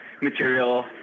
material